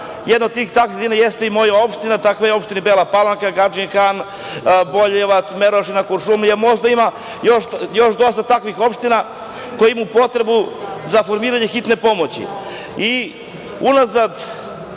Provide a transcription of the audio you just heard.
Jedna od tih jeste i moja opština, takva je opština i Bela Palanka, Gadžin Han, Boljevac, Merošina, Kuršumlija. Možda ima još dosta takvih opština koje imaju potrebu za formiranjem službe hitne pomoći. Unazad